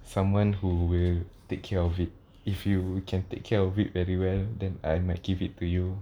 someone who will take care of it if you can take care of it very well then I might give it to you